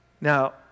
Now